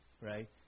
right